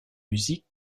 musique